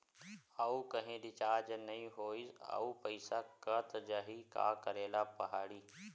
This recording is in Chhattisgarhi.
आऊ कहीं रिचार्ज नई होइस आऊ पईसा कत जहीं का करेला पढाही?